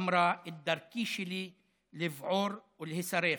אמרה, את דרכי שלי לבעור ולהישרף".